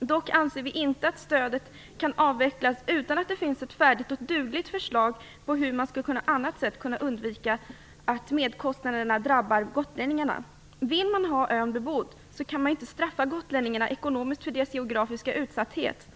Dock anser vi inte att stödet kan avvecklas utan att det finns ett färdigt och dugligt förslag till hur man på annat sätt skall kunna undvika att merkostnaderna drabbar gotlänningarna. Vill man ha ön bebodd, kan man inte straffa gotlänningarna ekonomiskt för deras geografiska utsatthet.